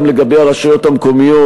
גם לגבי הרשויות המקומיות.